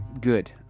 good